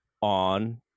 on